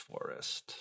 forest